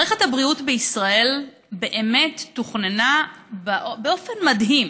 הבריאות בישראל באמת תוכננה באופן מדהים.